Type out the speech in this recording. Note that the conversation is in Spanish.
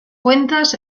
cuentas